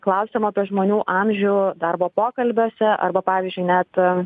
klausiama apie žmonių amžių darbo pokalbiuose arba pavyzdžiui net